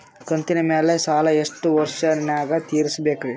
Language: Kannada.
ಕಂತಿನ ಮ್ಯಾಲ ಸಾಲಾ ಎಷ್ಟ ವರ್ಷ ನ್ಯಾಗ ತೀರಸ ಬೇಕ್ರಿ?